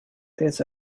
days